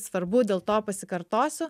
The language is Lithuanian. svarbu dėl to pasikartosiu